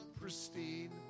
pristine